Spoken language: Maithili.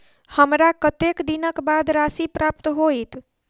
हमरा कत्तेक दिनक बाद राशि प्राप्त होइत?